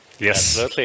Yes